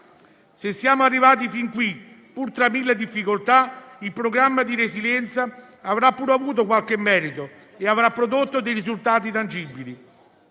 Se siamo arrivati fin qui, pur tra mille difficoltà, il programma di resilienza avrà pur avuto qualche merito e avrà prodotto risultati tangibili.